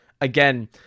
again